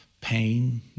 pain